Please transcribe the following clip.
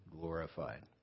glorified